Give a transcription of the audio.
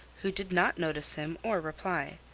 who did not notice him or reply,